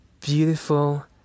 beautiful